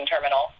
terminal